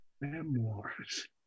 Memoirs